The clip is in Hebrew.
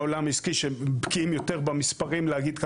מהעולם העסקי שהם בקיאים יותר במספרים להגיד כמה.